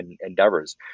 endeavors